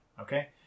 okay